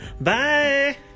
bye